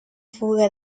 fuga